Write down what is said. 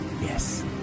yes